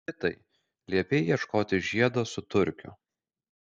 pitai liepei ieškoti žiedo su turkiu